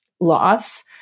loss